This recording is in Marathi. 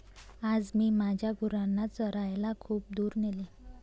आज मी माझ्या गुरांना चरायला खूप दूर नेले